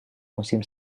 musim